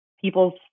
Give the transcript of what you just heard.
people's